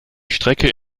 strecke